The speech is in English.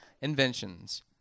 inventions